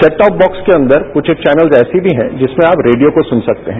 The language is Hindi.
सेटटॉप बॉक्स के अंदर कुछ एक चैनल ऐसे भी है जिसमें आप रेडियो को सुन सकते हैं